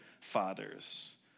fathers